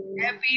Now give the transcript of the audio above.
happy